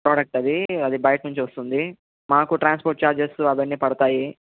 product అది అది బయట నుంచి వస్తుంది మాకు ట్రాన్స్పోర్ట్ ఛార్జేసు అవన్నీ పడతాయి